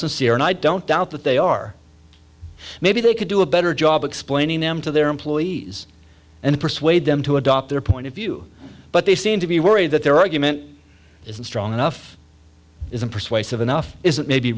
sincere and i don't doubt that they are maybe they could do a better job explaining them to their employees and persuade them to adopt their point of view but they seem to be worried that their argument isn't strong enough isn't persuasive enough is that maybe